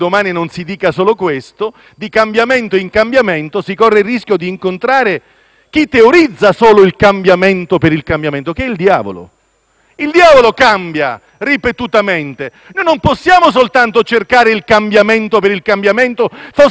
chi teorizza solo il cambiamento per il cambiamento, che è il diavolo. Il diavolo cambia, ripetutamente. Non possiamo soltanto cercare il cambiamento per il cambiamento, fosse anche il costo dello svolgimento della rappresentanza parlamentare,